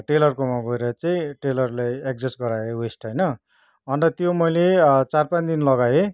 टेलरकोमा गएर चाहिँ टेलरले एडजस्ट गरायो वेस्ट होइन अन्त त्यो मैले चार पाँच दिन लगाएँ